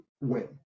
win